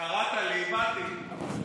קראת לי, באתי.